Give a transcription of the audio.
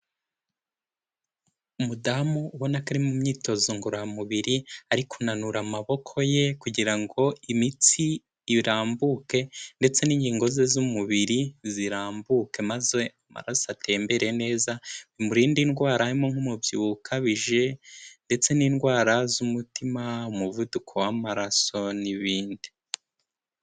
Umudamu ubona ko ari mu myitozo ngororamubiri ari kunanura amaboko ye kugira ngo imitsi irambuke ndetse n'ingingo ze z'umubiri zirambuke maze amaraso atembere neza bimurinde indwara nk'umubyibuho ukabije ndetse n'indwara z'umutima umuvuduko w'amaraso n'ibindi.